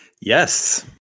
Yes